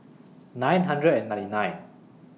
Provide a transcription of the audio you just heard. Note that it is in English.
nine hundred and ninety nine